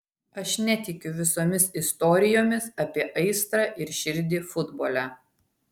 aš netikiu visomis istorijomis apie aistrą ir širdį futbole